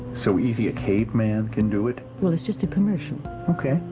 so easy a caveman can do it well, it's just a commercial okay,